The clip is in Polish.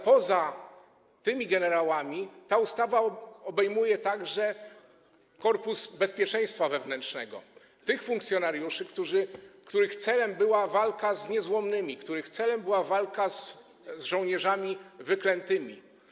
Poza tymi generałami ta ustawa obejmuje także Korpus Bezpieczeństwa Wewnętrznego, tych funkcjonariuszy, których celem była walka z niezłomnymi, których celem była walka z żołnierzami wyklętymi.